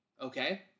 Okay